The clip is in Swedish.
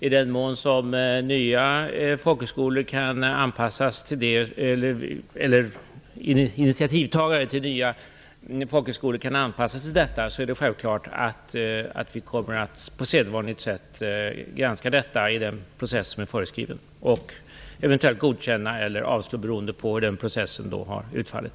I den mån nya folkhögskolor kan anpassas till det, eller initiativtagare till nya folkhögskolor kan anpassa sig till det, kommer vi självklart att granska detta på sedvanligt sätt i den process som är föreskriven och eventuellt godkänna eller avslå beroende på hur den processen har utfallit.